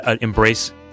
embrace